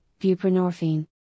buprenorphine